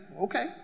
okay